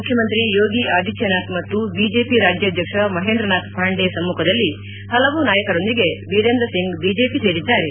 ಮುಖ್ಯಮಂತ್ರಿ ಯೋಗಿ ಆದಿತ್ಯನಾಥ್ ಮತ್ತು ಬಿಜೆಪಿ ರಾಜ್ಯಧ್ವಕ್ಷ ಮಹೇಂದ್ರನಾಥ್ ಪಾಂಡೆ ಸಮ್ಮುಖದಲ್ಲಿ ಪಲವು ನಾಯಕರೊಂದಿಗೆ ವಿರೇಂದ್ರ ಸಿಂಗ್ ಬಿಜೆಪಿ ಸೇರಿದ್ದಾರೆ